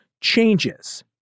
changes